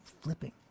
flipping